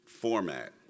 format